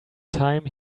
time